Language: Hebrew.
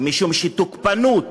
משום שתוקפנות